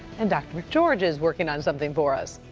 and dr. mcgeorge is working on something for us.